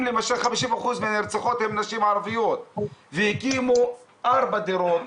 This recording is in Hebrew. אם למשל 50% מהנרצחות הן נשים ערביות והקימו ארבע דירות,